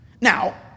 Now